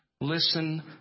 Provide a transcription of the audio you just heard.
listen